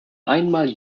einmal